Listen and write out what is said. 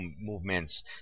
movements